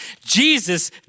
Jesus